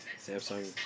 Samsung